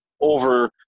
over